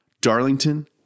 Darlington